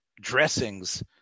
dressings